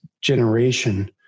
generation